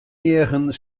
eagen